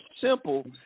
simple